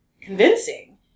convincing